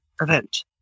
event